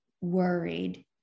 worried